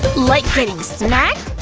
like getting smacked!